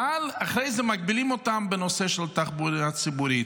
אבל אחרי זה מגבילים אותם בנושא של התחבורה הציבורית.